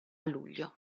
luglio